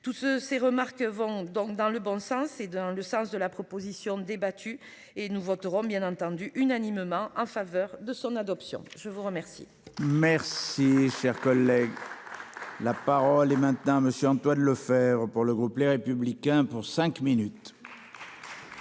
tout ce ces remarques vont donc dans le bon sens et dans le sens de la proposition débattue et nous voterons bien entendu unanimement en faveur de son adoption, je vous remercie. Merci cher collègue. Là. Parole et maintenant Monsieur Antoine Lefèvre pour le groupe Les Républicains pour cinq minutes.